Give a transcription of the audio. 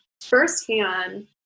firsthand